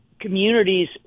communities